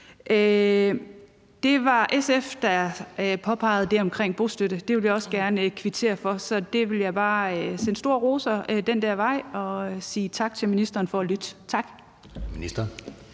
Det var SF, der påpegede det omkring bostøtte, og vi vil også gerne kvittere for det. Så jeg vil bare sende store roser den vej og sige tak til ministeren for at lytte. Tak.